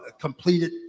completed